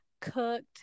cooked